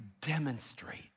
demonstrate